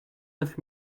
neuf